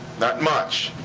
not much.